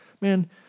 man